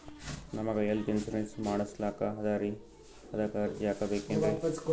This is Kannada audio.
ನಮಗ ಹೆಲ್ತ್ ಇನ್ಸೂರೆನ್ಸ್ ಮಾಡಸ್ಲಾಕ ಅದರಿ ಅದಕ್ಕ ಅರ್ಜಿ ಹಾಕಬಕೇನ್ರಿ?